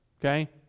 okay